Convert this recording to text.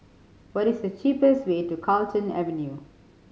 what is the cheapest way to Carlton Avenue